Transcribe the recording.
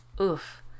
Oof